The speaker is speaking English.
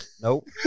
Nope